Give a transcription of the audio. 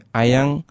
ayang